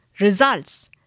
Results